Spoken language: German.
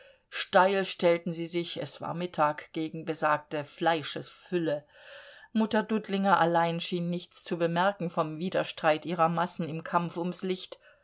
steil stellten sie sich es war mittag gegen besagte fleischesfülle mutter dudlinger allein schien nichts zu bemerken vom widerstreit ihrer massen im kampf ums licht